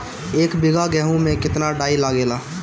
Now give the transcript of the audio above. एक बीगहा गेहूं में केतना डाई लागेला?